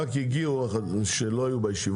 09:25.) לחברי הכנסת שרק הגיעו ולא היו בישיבה,